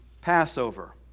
Passover